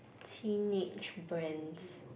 teenage brands